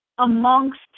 amongst